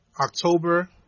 October